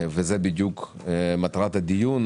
וזה בדיוק מטרת הדיון.